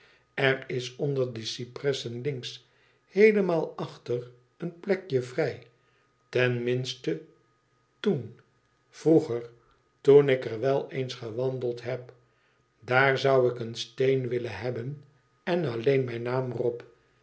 er is onder de cypressen links heelemaal achter een plekje vrij ten minste toen vroeger toen ik er wel eens gewandeld heb daar zou ik een steen willen hebben en alleen mijn naam er